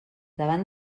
davant